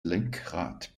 lenkrad